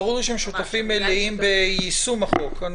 ברור לי שהם שותפים מלאים ביישום החוק.